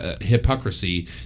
hypocrisy